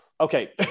Okay